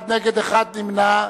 אחד נגד, אחד נמנע.